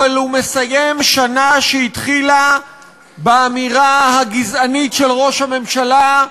אבל הוא מסיים שנה שהתחילה באמירה הגזענית של ראש הממשלה,